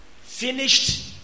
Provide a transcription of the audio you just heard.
finished